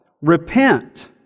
Repent